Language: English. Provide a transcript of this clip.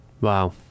Wow